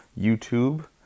YouTube